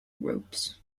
groups